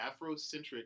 afrocentric